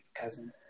cousin